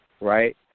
right